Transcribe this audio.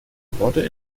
horde